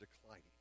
declining